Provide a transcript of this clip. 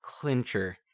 clincher